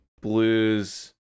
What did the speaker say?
Blues